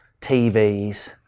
TVs